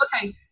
Okay